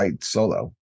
solo